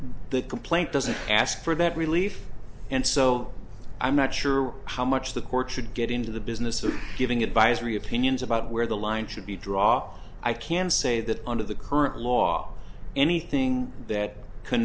the complaint doesn't ask for that relief and so i'm not sure how much the court should get into the business of giving advisory opinions about where the line should be draw i can say that under the current law anything that co